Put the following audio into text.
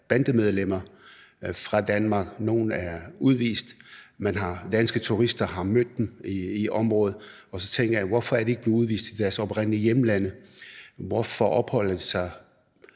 bandemedlemmer fra Danmark, hvoraf nogle er udvist. Danske turister har mødt dem i området. Og så tænker jeg: Hvorfor er de ikke blevet udvist til deres oprindelige hjemlande? Hvorfor opholder de